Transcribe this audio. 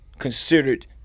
Considered